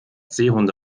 seehunde